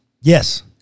Yes